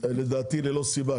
לדעתי ללא סיבה.